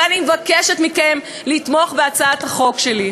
ואני מבקשת מכם לתמוך בהצעת החוק שלי.